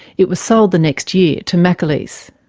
it was sold the next year to mcaleese.